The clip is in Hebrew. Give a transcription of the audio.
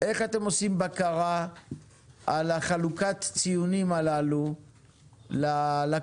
איך אתם עושים בקרה על חלוקת הציונים הללו לכוחות